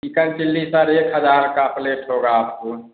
chicken chilli sir एक हज़ार की प्लेट होगी आपको